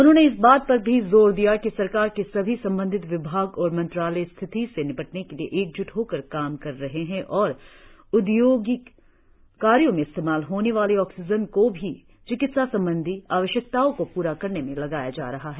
उन्होंने इस बात पर भी जोर दिया कि सरकार के सभी संबंधित विभाग और मंत्रालय स्थिति से निपटने के लिए एकज्ट होकर काम कर रहे हैं और औद्योगिक कार्यों में इस्तेमाल होने वाली ऑक्सीजन को भी चिकित्सा संबंधी आवश्यकताओं को पूरा करने में लगाया जा रहा है